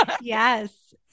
Yes